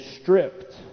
stripped